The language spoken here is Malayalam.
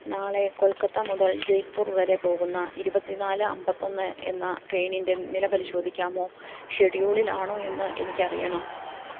നാളെ കൊൽക്കത്ത മുതൽ ജയ്പ്പൂർ വരെ പോകുന്ന ഇരുപത്തിനാല് അമ്പത്തിയൊന്ന് എന്ന ട്രെയ്നിന്റെ നില പരിശോധിക്കാമോ ഷെഡ്യൂളിലാണോയെന്ന് എനിക്കറിയണം